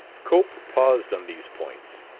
cope paused on these points.